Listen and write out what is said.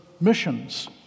missions